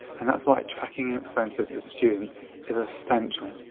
and that's why tracking your expenses as a student is essential.